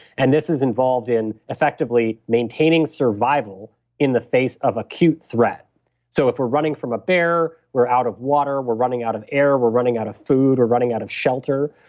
and this is involved in effectively maintaining survival in the face of acute threat so if we're running from a bear, we're out of water, we're running out of air, we're running out of food, we're running out of shelter,